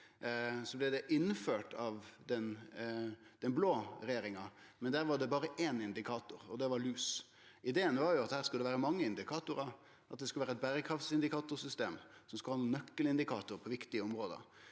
og innført av den blå regjeringa, men der var det berre éin indikator, og det var lus. Ideen var at det her skulle vere mange indikatorar. Det skulle vere eit berekraftsindikatorsystem som skulle ha nøkkelindikatorar på viktige område,